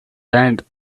land